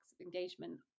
engagement